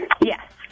Yes